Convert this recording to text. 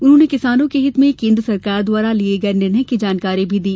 उन्होंने किसानों के हित में केन्द्र सरकार द्वारा लिये निर्णय की जानकारी भी दी